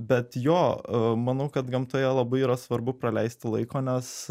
bet jo manau kad gamtoje labai yra svarbu praleisti laiko nes